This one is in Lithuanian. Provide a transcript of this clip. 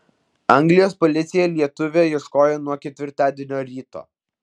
anglijos policija lietuvio ieškojo nuo ketvirtadienio ryto